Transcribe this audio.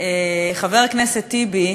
חבר הכנסת טיבי,